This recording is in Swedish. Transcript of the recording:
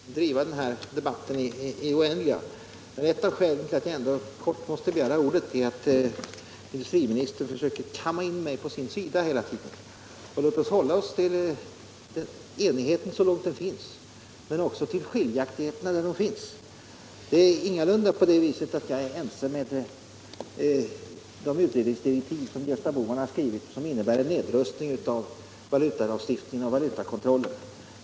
Herr talman! Jag vill inte driva den här debatten i det oändliga. Ett av skälen till att jag ändå måste begära ordet för att säga några få ord är att industriministern hela tiden försöker kamma in mig på sin sida. Låt oss betona enigheten så långt en sådan finns, men också framhålla skiljaktigheterna där sådana finns. Det är ingalunda så att jag kan vara ense med industriministern när det gäller de utredningsdirektiv som Gösta Bohman har skrivit och som innebär en nedrustning av valutalagstiftningen och valutakontrollen.